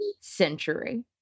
century